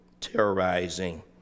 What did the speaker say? terrorizing